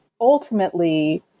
ultimately